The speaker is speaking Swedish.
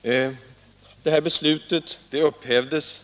Det här beslutet upphävdes